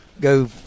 go –